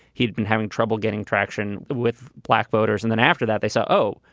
he'd been having trouble getting traction with black voters. and then after that, they said, oh,